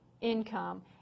income